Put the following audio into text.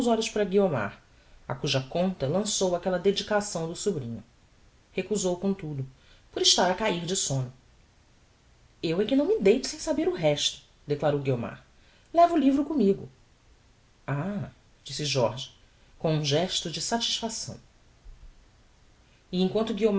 olhos para guiomar a cuja conta lançou aquella dedicação do sobrinho recusou comtudo por estar a cair de somno eu é que não me deito sem saber o resto declarou guiomar levo o livro commigo ah disse jorge com um gesto de satisfação e emquanto